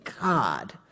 God